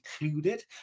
included